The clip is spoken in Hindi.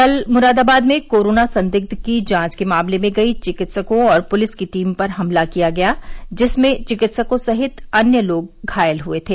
कल मुरादाबाद में कोरोना संदिग्ध की जांच के मामले में गई चिकित्सकों और पुलिस की टीम पर हमला किया गया जिसमें चिकित्सक सहित अन्य लोग घायल हुए थे